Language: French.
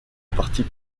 partis